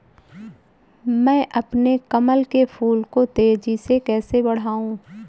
मैं अपने कमल के फूल को तेजी से कैसे बढाऊं?